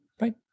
right